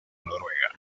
noruega